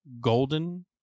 golden